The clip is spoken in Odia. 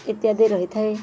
ଇତ୍ୟାଦି ରହିଥାଏ